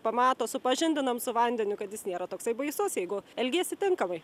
pamato supažindinam su vandeniu kad jis nėra toksai baisus jeigu elgiesi tinkamai